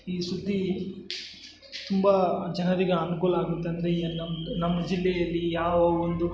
ಈ ಸುದ್ದೀ ತುಂಬ ಜನರಿಗೆ ಅನುಕೂಲ ಆಗುತ್ತೆ ಅಂದರೆ ಈಗ ನಮ್ದು ನಮ್ಮ ಜಿಲ್ಲೆಯಲ್ಲಿ ಯಾವ ಒಂದು